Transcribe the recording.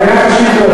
רק הערה.